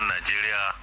Nigeria